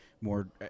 more –